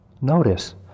notice